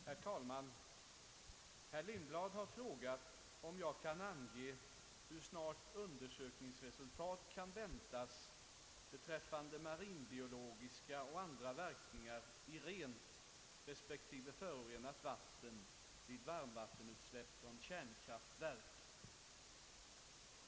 Herr talman! Herr Lindblad har frågat om jag kan ange hur snart undersökningsresultat kan väntas beträffande marinbiologiska och andra verkningar i rent respektive förorenat vatten vid varmvattenutsläpp från kärnkraftverk.